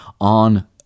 on